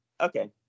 Okay